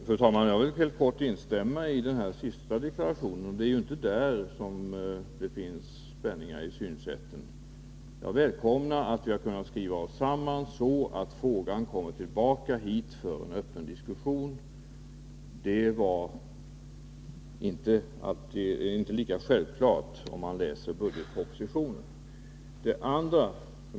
Fru talman! Jag vill helt kort instämma i den senaste deklarationen. Det är inte där som det finns spänningar i synsättet. Jag välkomnar att vi har kunnat skriva oss samman, så att frågan kommer tillbaka hit för öppen diskussion. Det var inte lika självklart i det ursprungliga förslaget — det finner man om man läser budgetpropositionen.